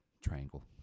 Triangle